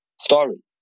story